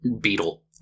beetle